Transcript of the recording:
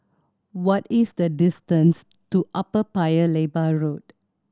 what is the distance to Upper Paya Lebar Road